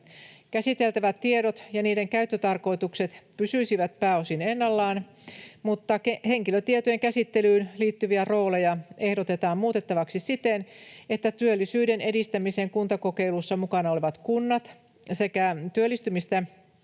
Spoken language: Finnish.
Käsiteltävät tiedot ja niiden käyttötarkoitukset pysyisivät pääosin ennallaan, mutta henkilötietojen käsittelyyn liittyviä rooleja ehdotetaan muutettavaksi siten, että työllisyyden edistämisen kuntakokeilussa mukana olevat kunnat sekä työllistymistä